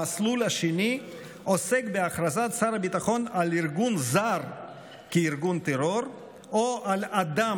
המסלול השני עוסק בהכרזת שר הביטחון על ארגון זר כארגון טרור או על אדם